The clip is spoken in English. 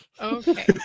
Okay